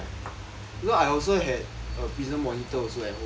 you know I also had a prism monitor also at home